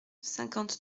cinquante